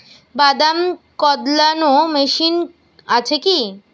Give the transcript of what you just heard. বাদাম কদলানো মেশিন আছেকি?